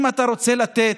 אם אתה רוצה לתת,